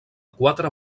quatre